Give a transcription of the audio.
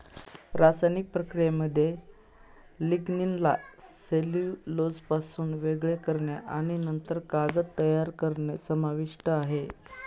रासायनिक प्रक्रियेमध्ये लिग्निनला सेल्युलोजपासून वेगळे करणे आणि नंतर कागद तयार करणे समाविष्ट आहे